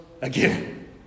again